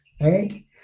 right